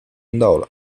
听到